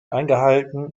eingehalten